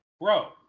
bro